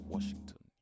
Washington